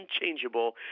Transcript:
unchangeable